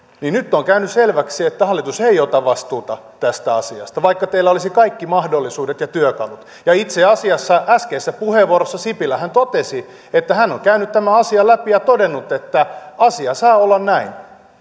on käynyt selväksi että hallitus ei ota vastuuta tästä asiasta vaikka teillä olisi kaikki mahdollisuudet ja työkalut itse asiassa äskeisessä puheenvuorossa sipilähän totesi että hän on käynyt tämän asian läpi ja todennut että asia saa olla näin